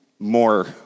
more